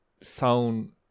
sound